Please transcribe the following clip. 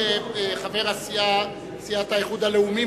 חבר סיעת האיחוד הלאומי,